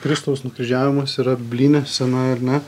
kristaus nukryžiavimas yra blyne scena ar ne